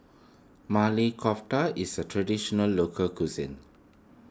Maili Kofta is a Traditional Local Cuisine